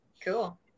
Cool